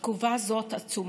בתקופה הזאת, עצומה.